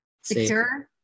secure